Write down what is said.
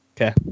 okay